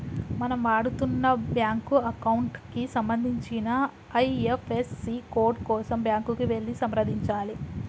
మనం వాడుతున్న bank account కి సంబంధించిన ఐ.ఎఫ్.ఎస్.సి కోడ్ కోసం బ్యాంకుకి వెళ్లి సంప్రదించాలే